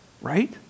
right